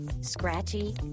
Scratchy